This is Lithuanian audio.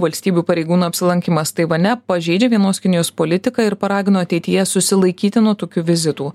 valstybių pareigūną apsilankymas taivane pažeidžia vienos kinijos politiką ir paragino ateityje susilaikyti nuo tokių vizitų